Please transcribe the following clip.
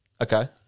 Okay